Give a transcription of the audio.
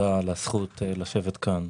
תודה על הזכות לשבת כאן,